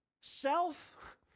Self